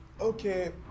Okay